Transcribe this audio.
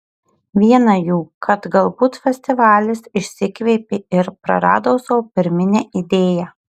viena jų kad galbūt festivalis išsikvėpė ir prarado savo pirminę idėją